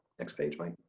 next page mike.